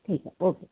ठीक आहे ओके